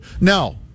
Now